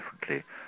differently